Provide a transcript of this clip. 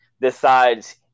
decides